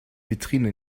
vitrine